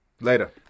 later